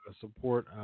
Support